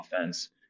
offense